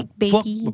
baby